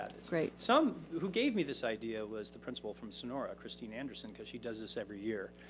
great. some who gave me this idea was the principal from sonora, christine anderson, cause she does this every year.